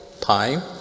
time